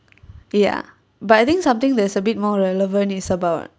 ya but I think something there's a bit more relevant is about